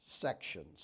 sections